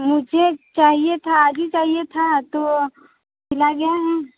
मुझे चाहिए था अभी चाहिए था तो सिला गया है